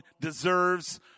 deserves